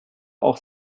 auch